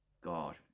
God